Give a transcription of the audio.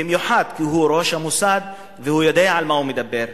במיוחד כי הוא ראש המוסד והוא יודע על מה הוא מדבר.